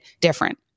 different